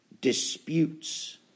disputes